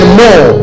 more